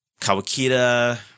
Kawakita